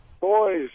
Boys